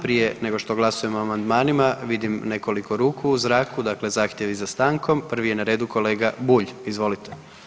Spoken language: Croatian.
Prije nego što glasujemo o amandmanima vidim nekoliko ruku u zraku, dakle zahtjevi za stankom, prvi je na redu kolega Bulj, izvolite.